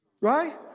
Right